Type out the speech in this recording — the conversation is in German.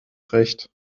recht